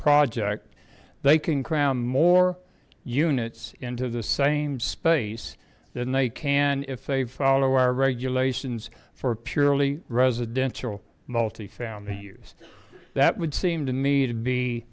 project they can crown more units into the same space than they can if they follow our regulations for purely residential multifamily used that would seem to me to be